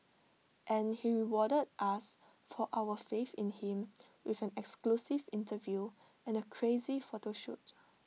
and he rewarded us for our faith in him with an exclusive interview and A crazy photo shoot